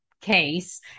case